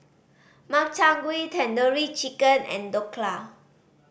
Makchang Gui Tandoori Chicken and Dhokla